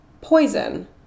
poison